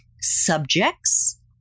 subjects